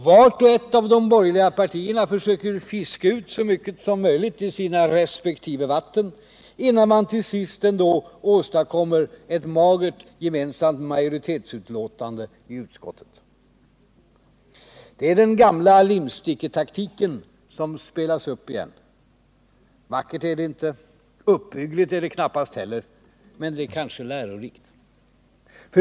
Vart och ett av de borgerliga partierna försöker fiska ut så mycket som möjligt i sina respektive vatten innan man till slut ändå åstadkommer ett magert majoritetsutlåtande i utskottet. Det är den gamla limsticketaktiken som spelas upp igen. Vackert är det inte. Uppbyggligt är det knappast heller. Men det är kanske lärorikt.